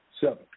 seven